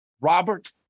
Robert